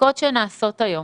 הבדיקות שנעשות היום,